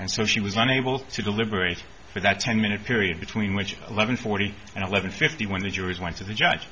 and so she was unable to deliberate for that ten minute period between which eleven forty and eleven fifty when the jurors went to the judge